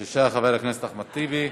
בבקשה, חבר הכנסת אחמד טיבי.